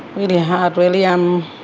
really hard really. um